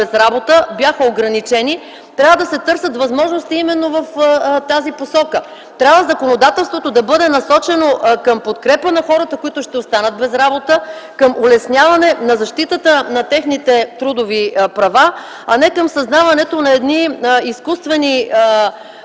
без работа, трябва да се търсят възможности именно в тази посока. Законодателството трябва да бъде насочено към подкрепа на хората, които ще останат без работа, към улесняване на защитата на техните трудови права, а не към създаването на едни изкуствени